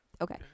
Okay